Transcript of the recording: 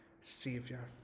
savior